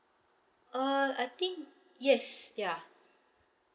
uh I think yes ya